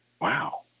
wow